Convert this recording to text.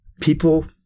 people